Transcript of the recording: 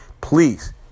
please